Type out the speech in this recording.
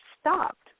stopped